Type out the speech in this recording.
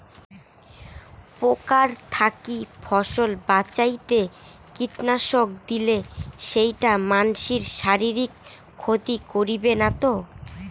পোকার থাকি ফসল বাঁচাইতে কীটনাশক দিলে সেইটা মানসির শারীরিক ক্ষতি করিবে না তো?